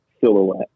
silhouette